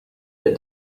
that